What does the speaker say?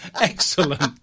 Excellent